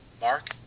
Mark